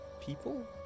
people